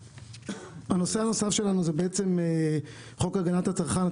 הנושא השני הוא חוק הגנת הצרכן,